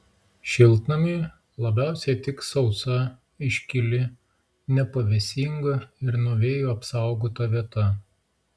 šiltnamiui labiausiai tiks sausa iškili nepavėsinga ir nuo vėjų apsaugota vieta